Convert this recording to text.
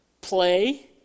play